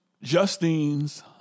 Justine's